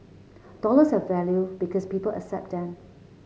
dollars have value because people accept them